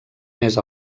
més